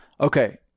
Okay